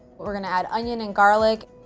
we're going to add onion and garlic.